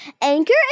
Anchor